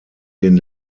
den